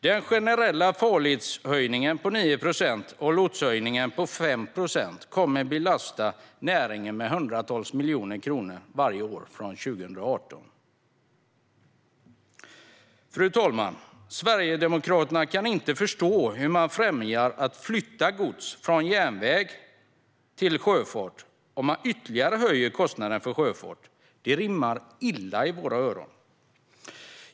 Den generella farledshöjningen på 9 procent och lotsavgiftshöjningen på 5 procent kommer att belasta näringen med hundratals miljoner kronor varje år från 2018. Fru talman! Sverigedemokraterna kan inte förstå hur man främjar flytt av gods från järnväg till sjöfart om man höjer kostnaden för sjöfarten ytterligare. Det rimmar illa i våra öron.